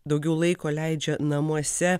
daugiau laiko leidžia namuose